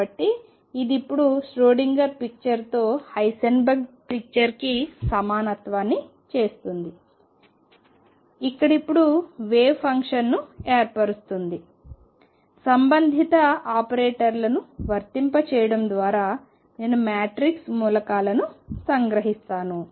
కాబట్టి ఇది ఇప్పుడు ష్రోడింగర్ పిక్చర్తో హైసెన్బర్గ్ పిక్చర్కి సమానత్వాన్ని చేస్తుంది ఇక్కడ ఇప్పుడు వేవ్ ఫంక్షన్ను ఏర్పరుస్తుంది సంబంధిత ఆపరేటర్లను వర్తింపజేయడం ద్వారా నేను మ్యాట్రిక్స్ మూలకాలను సంగ్రహిస్తాను